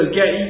get